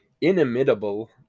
inimitable